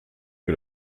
que